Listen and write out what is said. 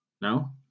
No